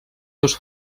seus